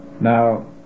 Now